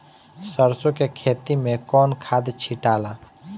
सरसो के खेती मे कौन खाद छिटाला?